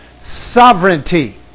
sovereignty